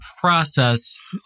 process